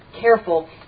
careful